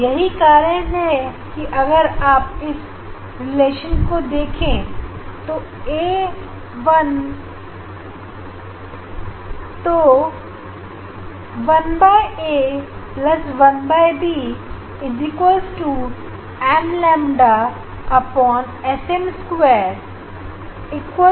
यही कारण है कि अगर आप इस रिलेशन को देखें a1 बट्टा ए प्लस 1 बटा बी बराबर होगा M lambda M S M square जैसे यह एक बटा ऐफ